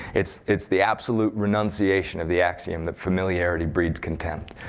it's it's the absolute renunciation of the axiom that familiarity breeds contempt.